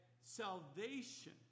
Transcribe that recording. salvation